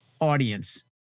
audience